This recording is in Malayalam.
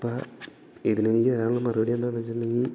അപ്പോൾ ഇതിനെനിക്ക് തരാനുള്ള മറപടി എന്താണെന്നു വെച്ചിട്ടുണ്ടെങ്കിൽ